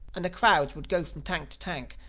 and the crowds would go from tank to tank,